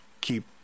keep